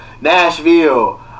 Nashville